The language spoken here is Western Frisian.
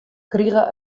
krige